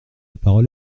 parole